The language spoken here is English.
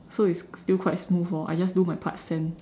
so it's still quite smooth orh I just do my part send